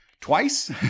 twice